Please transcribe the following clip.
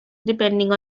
depending